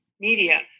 media